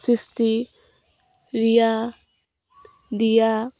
সৃষ্টি ৰিয়া দিয়া